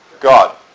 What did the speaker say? God